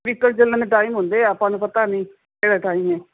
vehicle ਚੱਲਣ ਨੂੰ time ਹੁੰਦੇ ਹੈ ਆਪਾਂ ਨੂੰ ਪਤਾ ਨਹੀਂ ਕਿਹੜਾ ਟਾਈਮ ਹੈ